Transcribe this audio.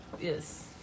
yes